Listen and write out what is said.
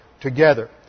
together